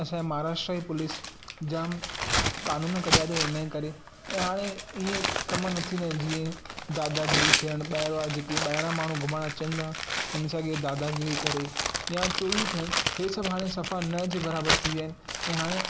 असांजे महाराष्ट्रा ई पुलिस जाम क़ानून कढियां अथईं हिन जे करे ऐं हाणे ईअं कमु न थींदा आहिनि जीअं दादागीरी थियणु ॿाहिरि वारा जेके ॿाहिरां माण्हू घुमणु अचनि था हुन सां केरु दादागीरी करे या चोरियूं थियनि इहे सभु सफ़ा न जे बराबरि थी विया आहिनि ऐं हाणे